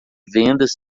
vendas